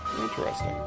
interesting